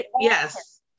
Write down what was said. Yes